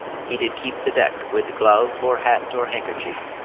he did keep the deck, with glove, or hat, or handkerchief,